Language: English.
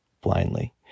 blindly